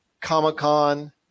Comic-Con